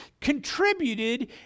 contributed